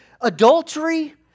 adultery